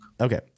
Okay